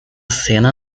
cena